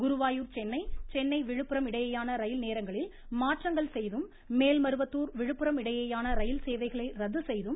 குருவாயூர் சென்னை சென்னை விழுப்புரம் இடையேயான ரயில் நேரங்களில் மாற்றங்கள் செய்தும் மேல்மருவத்தூர் விழுப்புரம் இடையேயான ரயில் சேவைகளை ரத்துசெய்தும் தெற்கு ரயில்வே அறிவித்துள்ளது